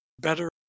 better